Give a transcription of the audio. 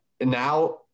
now